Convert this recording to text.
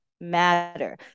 matter